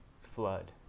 flood